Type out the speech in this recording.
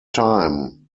time